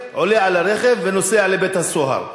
עולה על הרכב ונוסע לבית-הסוהר.